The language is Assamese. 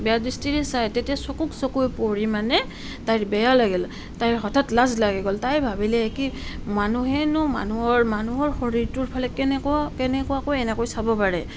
বেয়া দৃষ্টিৰে চায় তেতিয়া চকুত চকু পৰি মানে তাইৰ বেয়া লাগিল তাইৰ হঠাৎ লাজ লাগি গ'ল তাই ভাবিলে কি মানুহেনো মানুহৰ মানুহৰ শৰীৰটোৰফালে কেনেকুৱা কেনেকুৱাকৈ এনেকৈ চাব পাৰে